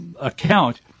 account